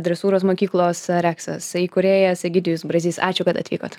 dresūros mokyklos reksas įkūrėjas egidijus brazys ačiū kad atvykot